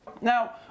now